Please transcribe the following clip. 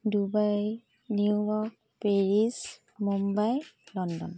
Dubai New York Paris Mumbai London